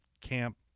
camp